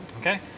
Okay